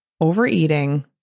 overeating